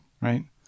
right